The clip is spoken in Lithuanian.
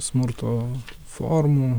smurto formų